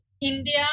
India